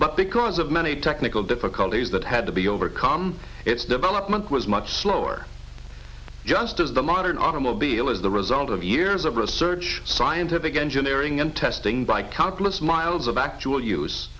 but because of many technical difficulties that had to be overcome its development was much slower just as the modern automobile is the result of years of research scientific engineering and testing by countless miles of actual use